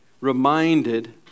reminded